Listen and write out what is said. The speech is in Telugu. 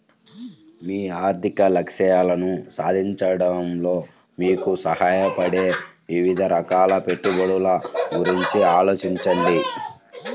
మీ ఆర్థిక లక్ష్యాలను సాధించడంలో మీకు సహాయపడే వివిధ రకాల పెట్టుబడుల గురించి ఆలోచించండి